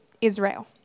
Israel